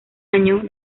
año